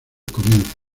comienzo